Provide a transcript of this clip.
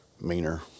meaner